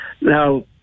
Now